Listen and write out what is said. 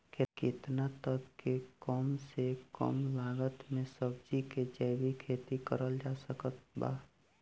केतना तक के कम से कम लागत मे सब्जी के जैविक खेती करल जा सकत बा?